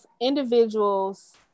individuals